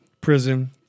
prison